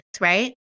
right